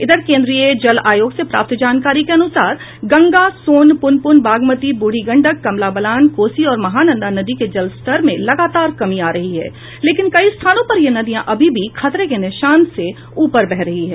इधर केन्द्रीय जल आयोग से प्राप्त जानकारी के अनुसार गंगा सोन पुनपुन बागमती बूढ़ी गंडक कमला बलान कोसी और महानंदा नदी के जलस्तर में लगातार कमी आ रही है लेकिन कई स्थानों पर ये नदियाँ अभी भी खतरे के निशान से ऊपर बह रही हैं